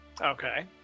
Okay